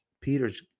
Peter's